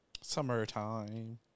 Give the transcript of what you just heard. summertime